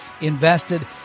invested